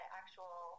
actual